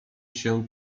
się